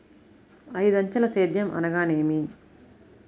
ఐదంచెల సేద్యం అనగా నేమి?